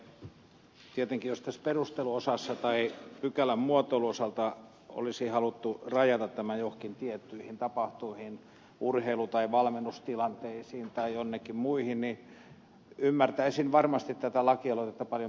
tietenkin jos tässä perusteluosassa tai pykälän muotoilun osalta olisi haluttu rajata tämä joihinkin tiettyihin tapahtumiin urheilu tai valmennustilanteisiin tai joihinkin muihin niin ymmärtäisin varmasti tätä lakialoitetta paljon pidemmälle